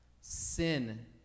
Sin